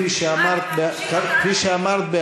כפי שאמרת בהגינות,